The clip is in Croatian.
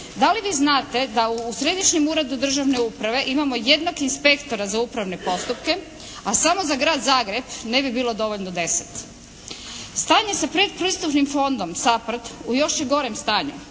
da li vi znate, da u Središnjem uredu državne uprave imamo jednog inspektora za upravne postupke, a samo za Grad Zagreb ne bi bilo dovoljno 10? Stanje sa predpristupnim fondom SAPARD u još je gorem stanju.